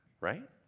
right